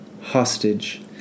hostage